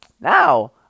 now